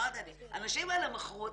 הנשים האלה מכרו את